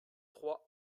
trois